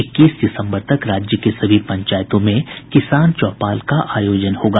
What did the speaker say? इक्कीस दिसंबर तक राज्य के सभी पंचायतों में किसान चौपाल का आयोजन होगा